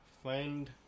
Find